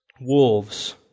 wolves